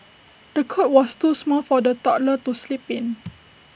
the cot was too small for the toddler to sleep in